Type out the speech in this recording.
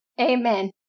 Amen